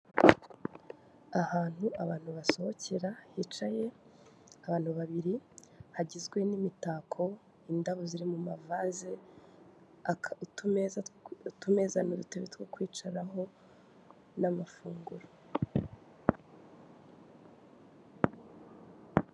Abantu dukunda inyubako zitandukanye akenshi inyubako igizwe n'amabara menshi irakundwa cyane uzasanga hari izifite amabara y'umutuku avanze n'umukara ndetse n'umweru uko niko ba nyirazo baba babihisemo.